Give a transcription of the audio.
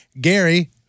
Gary